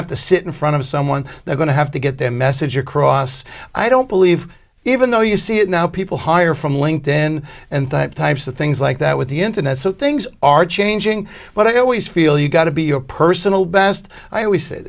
have to sit in front of someone they're going to have to get their message across i don't believe even though you see it now people hire from linked in and types of things like that with the internet so things are changing but i always feel you've got to be your personal best i always sa